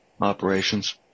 Operations